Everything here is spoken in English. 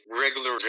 Regular